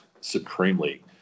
supremely